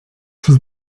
sus